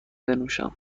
بنوشیم